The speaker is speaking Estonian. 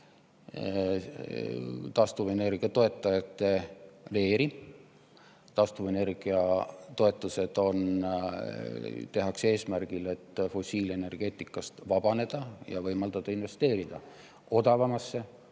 taastuvenergia toetajate leeri. Taastuvenergia toetused tehakse eesmärgil, et fossiilenergeetikast vabaneda ja võimaldada investeerida odavamasse